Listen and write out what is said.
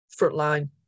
frontline